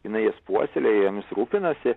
jinai jas puoselėja jomis rūpinasi